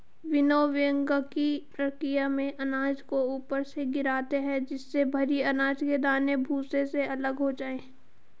विनोविंगकी प्रकिया में अनाज को ऊपर से गिराते है जिससे भरी अनाज के दाने भूसे से अलग हो जाए